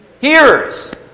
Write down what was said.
hearers